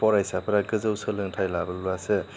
फरायसाफ्रा गोजौ सोलोंथाइ लाबोब्लासो